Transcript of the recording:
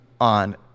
on